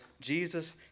Jesus